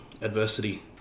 adversity